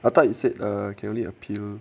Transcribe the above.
I thought you said err can only appeal